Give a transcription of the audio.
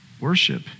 Worship